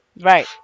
Right